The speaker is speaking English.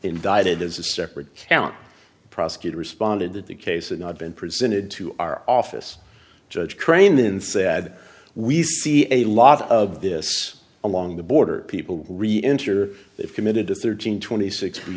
indicted as a separate county prosecutor responded that the case is not been presented to our office judge crane then said we see a lot of this along the border people reenter they've committed to thirteen twenty sixty